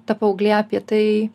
ta paauglė apie tai